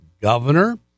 governor